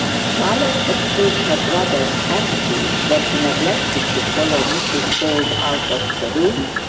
charlotte had seen her brother's apathy, when he neglected to follow mrs bold out of the room,